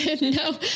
No